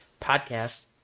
podcast